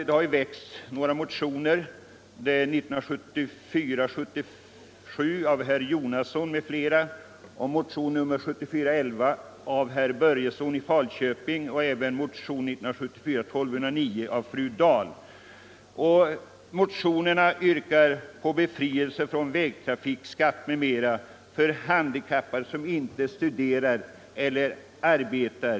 Det har väckts några motioner — nr 77 av herr Jonasson m.fl., nr 11 av herr Börjesson i Falköping m.fl. och nr 1209 av fru Dahl — där det yrkas på befrielse från vägtrafikskatt m.m. för handikappade som inte studerar eller arbetar.